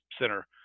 Center